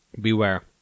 beware